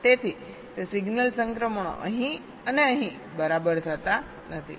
તેથી તે સિગ્નલ સંક્રમણો અહીં અને અહીં બરાબર થતા નથી